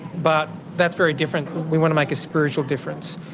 but that's very different, we want to make a spiritual difference.